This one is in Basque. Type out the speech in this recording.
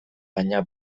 baina